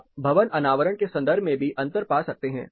आप भवन अनावरण के संदर्भ में भी अंतर पा सकते हैं